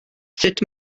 sut